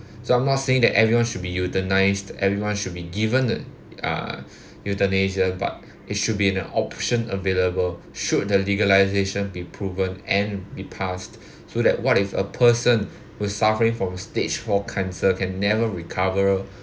so I'm not saying that everyone should be euthanized everyone should be given the uh euthanasia but it should be an option available should the legalization be proven and be passed so that what if a person was suffering from stage four cancer can never recover